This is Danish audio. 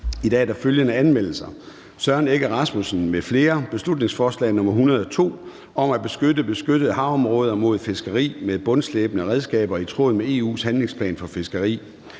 I dag er der følgende anmeldelser: Søren Egge Rasmussen (EL) m.fl.: Beslutningsforslag nr. B 102 (Forslag til folketingsbeslutning om at beskytte beskyttede havområder mod fiskeri med bundslæbende redskaber i tråd med EU'᾽s handlingsplan for fiskeri).